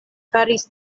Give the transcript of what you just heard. faris